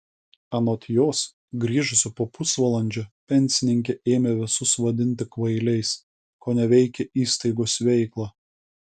anot jos grįžusi po pusvalandžio pensininkė ėmė visus vadinti kvailiais koneveikė įstaigos veiklą